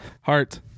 Heart